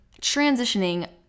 transitioning